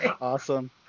awesome